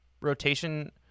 rotation